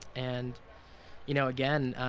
and you know again,